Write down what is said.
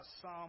Psalm